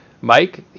Mike